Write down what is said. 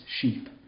sheep